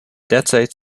derzeit